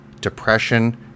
depression